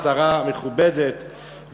שרה מכובדת.